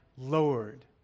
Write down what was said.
Lord